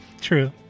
true